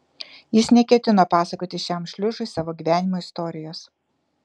jis neketino pasakoti šiam šliužui savo gyvenimo istorijos